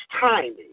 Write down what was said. timing